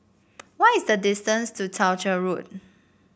what is the distance to Townshend Road